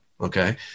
Okay